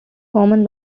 common